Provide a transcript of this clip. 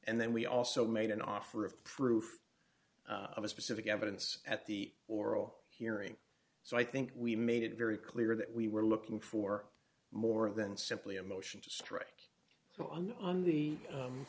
and then we also made an offer of proof of a specific evidence at the oral hearing so i think we made it very clear that we were looking for more than simply a motion to strike so i'm not on the